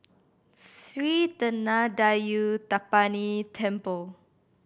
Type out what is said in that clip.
Sri Thendayuthapani Temple